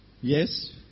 Yes